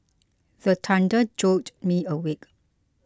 the thunder jolt me awake